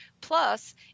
Plus